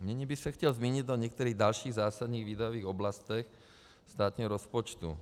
Nyní bych se chtěl zmínit o některých dalších zásadních výdajových oblastech státního rozpočtu.